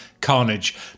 Carnage